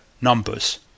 numbers